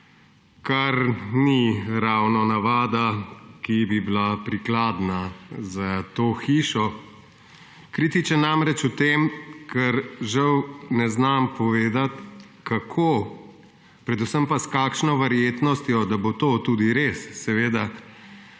kar ni ravno navada, ki bi bila prikladna za to hišo. Kritičen namreč zato, ker žal ne znam povedati, kako, predvsem pa s kakšno verjetnostjo, da bo to tudi res, je